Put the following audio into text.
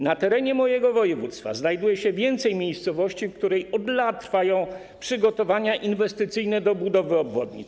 Na terenie mojego województwa znajduje się więcej miejscowości, w których od lat trwają przygotowania inwestycyjne odnośnie do budowy obwodnic.